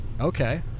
Okay